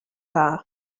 dda